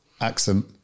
accent